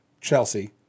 Chelsea